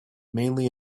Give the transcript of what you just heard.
mainly